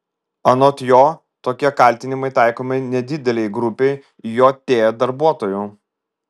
anot jo tokie kaltinimai taikomi nedidelei grupei jt darbuotojų